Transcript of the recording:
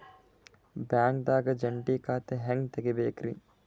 ಬ್ಯಾಂಕ್ದಾಗ ಜಂಟಿ ಖಾತೆ ಹೆಂಗ್ ತಗಿಬೇಕ್ರಿ?